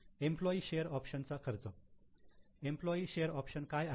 employee share option चा खर्च employee share option काय आहे